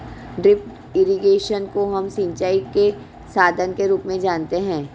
drip irrigation को हम सिंचाई के साधन के रूप में जानते है